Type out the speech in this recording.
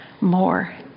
more